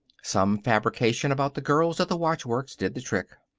some fabrication about the girls at the watchworks did the trick.